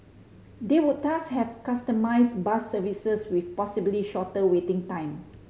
they would thus have customised bus services with possibly shorter waiting time